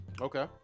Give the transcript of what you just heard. Okay